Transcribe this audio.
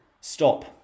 stop